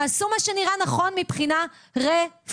תעשו מה שנראה נכון מבחינה רפואית,